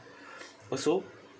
also